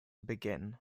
begin